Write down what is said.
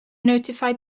notified